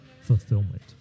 fulfillment